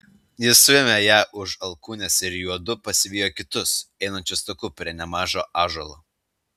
jis suėmė ją už alkūnės ir juodu pasivijo kitus einančius taku prie nemažo ąžuolo